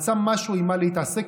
מצא עם מה להתעסק,